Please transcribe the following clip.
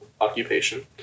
occupation